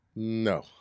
no